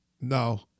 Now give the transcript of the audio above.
No